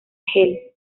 halle